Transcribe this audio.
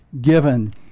given